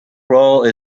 role